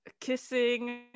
Kissing